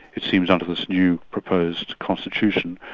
it seems under this new proposed constitution,